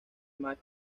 más